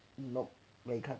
hmm 没有看